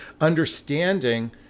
understanding